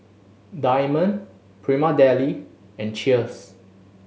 Diamond Prima Deli and Cheers